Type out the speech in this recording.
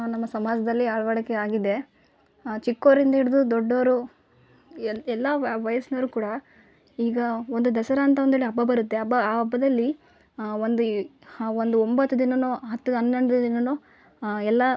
ನಮ್ಮ ಸಮಾಜದಲ್ಲಿ ಅಳವಡಿಕೆ ಆಗಿದೆ ಚಿಕ್ಕೋರು ಇಂದ ಹಿಡ್ದು ದೊಡ್ಡೋರು ಎಲ್ಲ ಎಲ್ಲ ವಯಸ್ನವರು ಕೂಡ ಈಗ ಒಂದು ದಸರಾ ಅಂದು ಅಂತ್ಹೇಳಿ ಹಬ್ಬ ಬರುತ್ತೆ ಹಬ್ಬ ಆ ಹಬ್ಬದಲ್ಲಿ ಒಂದು ಈ ಒಂದು ಒಂಬತ್ತು ದಿನನೂ ಹತ್ತು ಹನ್ನೊಂದು ದಿನಾನು ಎಲ್ಲ